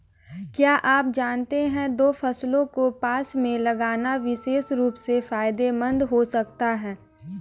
क्या आप जानते है दो फसलों को पास में लगाना विशेष रूप से फायदेमंद हो सकता है?